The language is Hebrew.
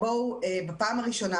בואו בפעם הראשונה,